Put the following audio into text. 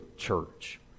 church